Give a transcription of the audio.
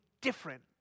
different